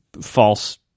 false –